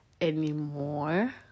anymore